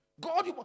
God